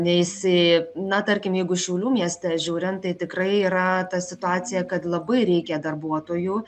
neis į na tarkim jeigu šiaulių mieste žiūrint tai tikrai yra ta situacija kad labai reikia darbuotojų